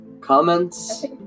comments